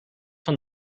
van